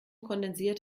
kondensiert